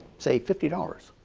say fifty dollars.